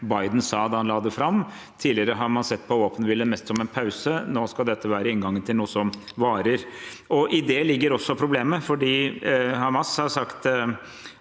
Biden sa da han la det fram. Tidligere har man sett på våpenhvile mest som en pause. Nå skal dette være inngangen til noe som varer. I det ligger også problemet, for Hamas har sagt